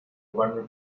warner